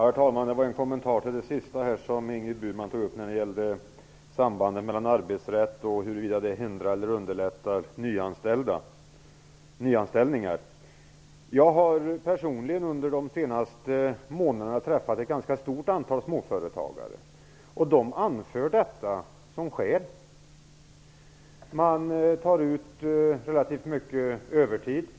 Herr talman! Jag vill göra en kommentar till det sista som Ingrid Burman berörde om sambandet med arbetsrätten och huruvida den hindrar eller underlättar nyanställningar. Jag har personligen under de senaste månaderna träffat ett ganska stort antal småföretagare. De anför detta som skäl. De tar ut relativt mycket övertid.